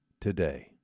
today